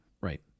Right